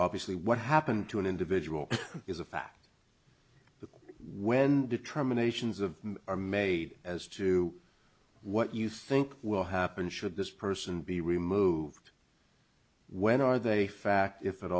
obviously what happened to an individual is a fact that when determinations of are made as to what you think will happen should this person be removed when are they fact if at